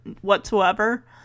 whatsoever